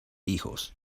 hijos